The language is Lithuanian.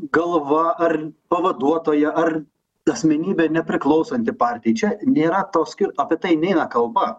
galva ar pavaduotoja ar asmenybė nepriklausanti partijai čia nėra tos kur apie tai neina kalba